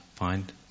find